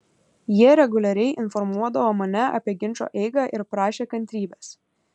jie reguliariai informuodavo mane apie ginčo eigą ir prašė kantrybės